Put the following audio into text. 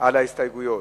על ההסתייגויות.